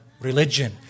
religion